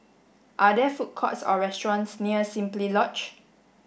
are there food courts or restaurants near Simply Lodge